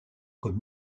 comme